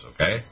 okay